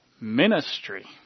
ministry